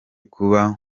kuba